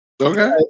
Okay